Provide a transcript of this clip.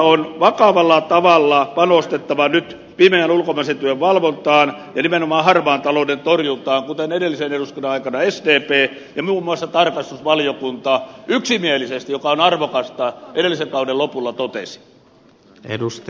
on vakavalla tavalla panostettava nyt pimeän ulkomaisen työn valvontaan ja nimenomaan harmaan talouden torjuntaan kuten edellisen eduskunnan aikana sdp ja muun muassa tarkastusvaliokunta yksimielisesti mikä on arvokasta edellisen kauden lopulla totesivat